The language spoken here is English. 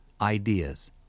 ideas